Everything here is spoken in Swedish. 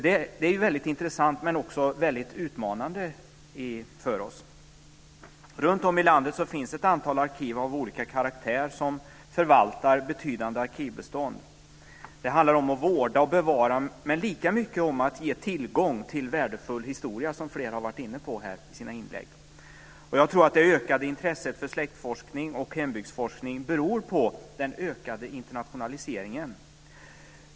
Detta är väldigt intressant, men också väldigt utmanande för oss. Runtom i landet finns ett antal arkiv av olika karaktär som förvaltar betydande arkivbestånd. Det handlar om att vårda och bevara, men lika mycket om att ge tillgång till värdefull historia, som flera varit inne på i sina inlägg. Jag tror att det ökade intresset för släktforskning och hembygdsforskning beror på den ökade internationaliseringen.